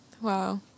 Wow